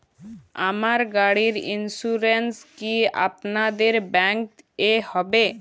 আমার গাড়ির ইন্সুরেন্স কি আপনাদের ব্যাংক এ হবে?